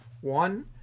One